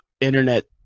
internet